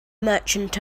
merchant